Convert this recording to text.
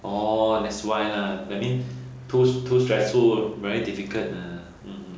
oh that's why lah the main push too stressful very difficult